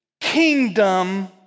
kingdom